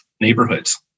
neighborhoods